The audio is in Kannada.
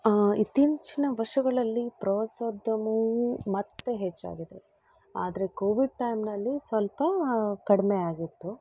ಇತ್ತೀಚಿನ ವರ್ಷಗಳಲ್ಲಿ ಪ್ರವಾಸೋದ್ಯಮವು ಮತ್ತೆ ಹೆಚ್ಚಾಗಿದೆ ಆದರೆ ಕೋವಿಡ್ ಟೈಮ್ನಲ್ಲಿ ಸ್ವಲ್ಪ ಕಡಿಮೆಯಾಗಿತ್ತು